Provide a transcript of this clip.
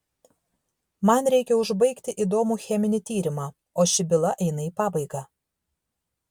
man reikia užbaigti įdomų cheminį tyrimą o ši byla eina į pabaigą